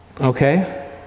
Okay